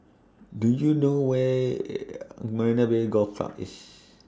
Do YOU know Where Marina Bay Golf